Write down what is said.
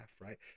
right